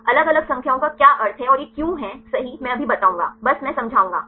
अलग अलग संख्याओं का क्या अर्थ है और यह एक क्यों है सही मैं अभी बताऊंगा बस मैं समझाऊंगा